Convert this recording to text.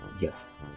Yes